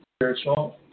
spiritual